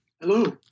Hello